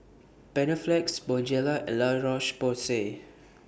Panaflex Bonjela and La Roche Porsay